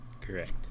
Correct